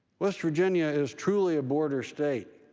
west virginia is truly a border state.